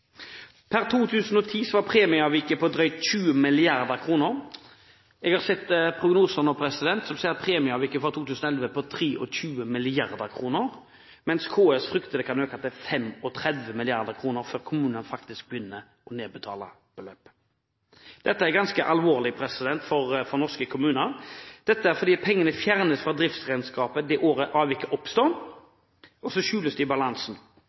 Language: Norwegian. Per 2010 var premieavviket på drøyt 20 mrd. kr. Jeg har sett prognoser nå som viser at premieavviket for 2011 er på 23 mrd. kr, mens KS frykter at det kan øke til 35 mrd. kr før kommunene faktisk begynner å nedbetale beløpet. Dette er ganske alvorlig for norske kommuner, fordi penger fjernes fra driftsregnskapet det året avviket oppstår, og skjules i balansen. I stedet føres det i